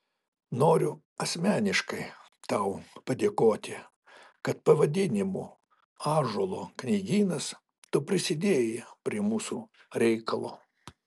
noriu asmeniškai tau padėkoti kad pavadinimu ąžuolo knygynas tu prisidėjai prie mūsų reikalo